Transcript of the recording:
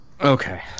Okay